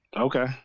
okay